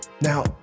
Now